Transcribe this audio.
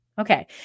Okay